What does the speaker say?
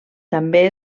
també